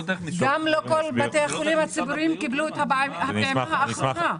גם לא כל בתי החולים הציבוריים קיבלו את הפעימה האחרונה.